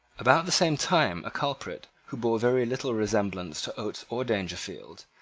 about the same time a culprit, who bore very little resemblance to oates or dangerfield,